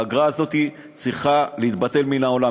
האגרה הזאת צריכה להתבטל מן העולם.